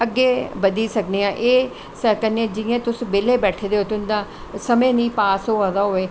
अग्गैं बदी सकने आं एह् जियां तुस बेल्लै बैठे दे ओ तुंदा समें नी पास होआ दा होऐ